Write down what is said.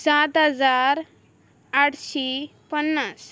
सात हजार आठशीं पन्नास